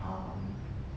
um